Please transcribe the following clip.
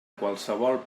qualsevol